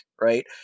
Right